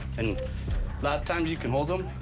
and lot of times you can hold them,